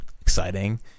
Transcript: exciting